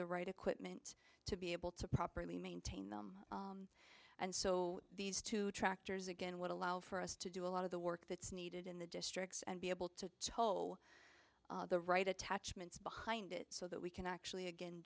the right equipment to be able to properly maintain them and so these two tractors again would allow for us to do a lot of the work that's needed in the districts and be able to tow the right attachments behind it so that we can actually again